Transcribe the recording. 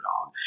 dog